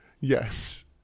Yes